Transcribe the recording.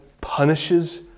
punishes